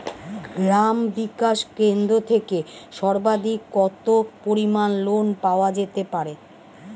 গ্রাম বিকাশ কেন্দ্র থেকে সর্বাধিক কত পরিমান লোন পাওয়া যেতে পারে?